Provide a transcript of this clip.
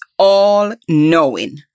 all-knowing